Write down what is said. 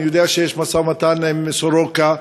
אני יודע שיש משא-ומתן עם סורוקה,